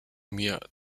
mir